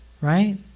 right